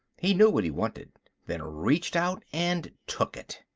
he knew what he wanted then reached out and took it.